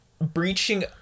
breaching